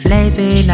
Lazy